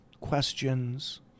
questions